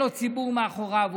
שאין לו ציבור מאחוריו,